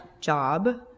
job